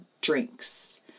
drinks